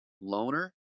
loner